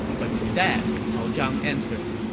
but to that, cao zhang answered,